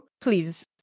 please